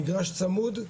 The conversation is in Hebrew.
מגרש צמוד.